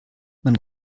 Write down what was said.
man